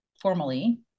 formally